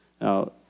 Now